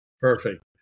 Perfect